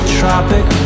tropic